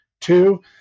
two